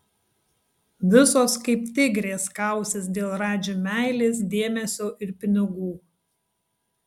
visos kaip tigrės kausis dėl radži meilės dėmesio ir pinigų